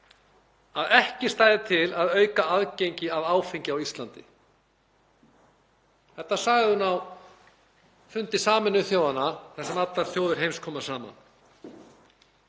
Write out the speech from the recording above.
að ekki stæði til að auka aðgengi að áfengi á Íslandi. Þetta sagði hún á fundi Sameinuðu þjóðanna þar sem allar þjóðir heims koma saman.